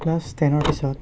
class টেনৰ পিছত